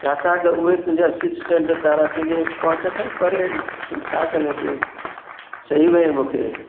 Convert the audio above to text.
छाकाणि त उहे तुंहिंजा सिॼु चंडु तारा तुंहिंजे पहुच खां ई परे आहिनि तूं छा कंदे चई वए मूंखे